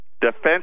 defense